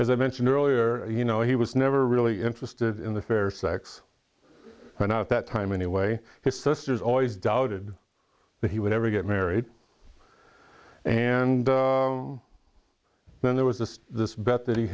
as i mentioned earlier you know he was never really interested in the fairer sex or now at that time anyway his sisters always doubted that he would ever get married and then there was this this bet that he